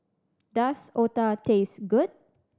does otah taste good